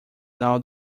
now